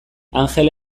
angel